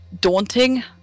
Daunting